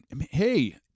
Hey